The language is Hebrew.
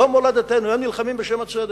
זו מולדתנו.